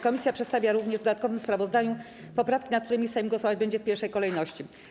Komisja przedstawia również w dodatkowym sprawozdaniu poprawki, nad którymi Sejm głosować będzie w pierwszej kolejności.